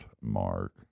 Mark